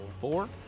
four